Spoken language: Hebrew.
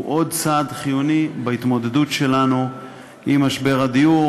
והוא עוד צעד חיוני בהתמודדות שלנו עם משבר הדיור.